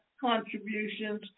contributions